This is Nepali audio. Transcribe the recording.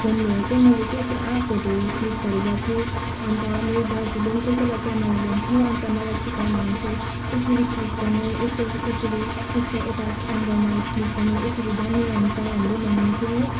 फोन लिएर चाहिँ मैले पुरा फोटोहरू क्लिकहरू गर्थेँं अन्त मेरो दाजुले कोही कोही बेला क्यामरा ल्याउँथ्यो अन्त मलाई सिकाउनु हुन्थ्यो यसरी क्लिक गर्नु यस्तो यसरी यस्तो यता एङ्गलमा क्लिक गर्नु यसरी दामी हुन्छ भन्दै भन्नु हुन्थ्यो हो